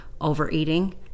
overeating